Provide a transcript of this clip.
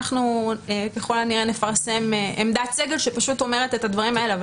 אנחנו ככל הנראה נפרסם עמדת סגל שפשוט אומרת את הדברים האלה.